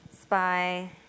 Spy